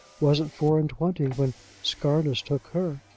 wasn't four-and-twenty when scarness took her.